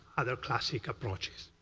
other classic approaches.